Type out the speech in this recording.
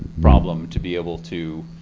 problem to be able to.